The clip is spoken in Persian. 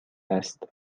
است